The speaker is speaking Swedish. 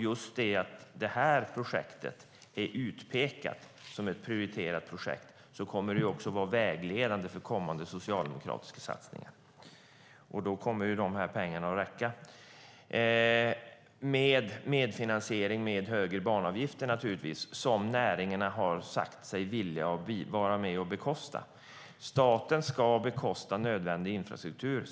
Just därför att detta projekt är utpekat som ett prioriterat projekt kommer det att vara vägledande för kommande socialdemokratiska satsningar, och då kommer pengarna att räcka. Det sker med medfinansiering och högre banavgifter som näringarna har sagt sig villiga att vara med och bekosta. Staten ska bekosta nödvändig infrastruktur.